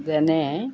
যেনে